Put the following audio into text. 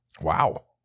Wow